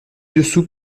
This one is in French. dessous